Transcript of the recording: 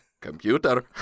Computer